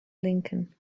lincoln